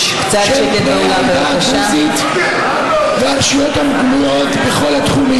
כי זה יותר חשוב מכל אג'נדה אישית של מישהו מאיתנו פה.